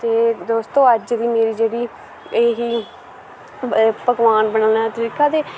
ते दोस्तो अज्ज दी मेरी जेह्ड़ी एह् ही पकवान बनाने दा तरीका